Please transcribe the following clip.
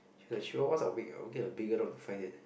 Chihuahuas are weak ah we'll get a bigger dog to fight it